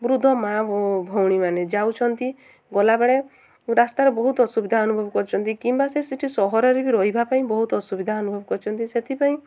ବୃଦ୍ଧ ମାଆ ଭଉଣୀମାନେ ଯାଉଛନ୍ତି ଗଲାବେଳେ ରାସ୍ତାରେ ବହୁତ ଅସୁବିଧା ଅନୁଭବ କରିଛନ୍ତି କିମ୍ବା ସେ ସେଠି ସହରରେ ବି ରହିବା ପାଇଁ ବହୁତ ଅସୁବିଧା ଅନୁଭବ କରିଛନ୍ତି ସେଥିପାଇଁ